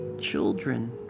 Children